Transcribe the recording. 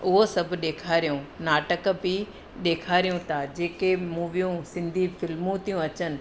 उहो सभु ॾेखारियूं नाटक बि ॾेखारियूं था जेके मुवियूं सिंधी फिल्मूं थियूं अचनि